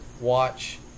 watch